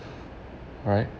alright